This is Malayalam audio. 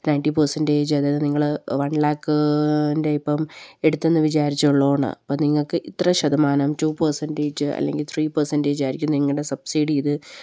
നയൻറ്റി പെർസെൻറ്റേജ് അതായത് നിങ്ങള് വൺ ലാക്കിന്റെ ഇപ്പം എടുത്തുവെന്ന് വിചാരിക്കുക അപ്പോള് നിങ്ങള്ക്ക് ഇത്ര ശതമാനം ടു പെർസെൻറ്റേജ് അല്ലെങ്കില് ത്രീ പെർസെൻറ്റേജ് ആയിരിക്കും നിങ്ങളുടെ സബ്സിഡി ഇത്